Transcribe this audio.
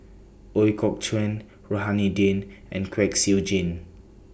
Ooi Kok Chuen Rohani Din and Kwek Siew Jin